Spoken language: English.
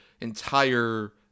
entire